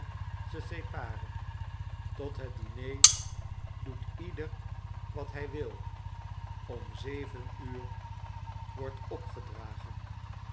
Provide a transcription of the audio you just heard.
tot het diner doet ieder wat hij wil om zeven uur wordt opgedragen